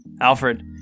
Alfred